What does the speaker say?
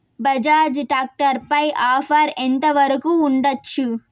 Bajaj tractor పై offer ఎంత వరకు ఉండచ్చు?